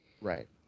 Right